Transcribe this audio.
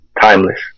Timeless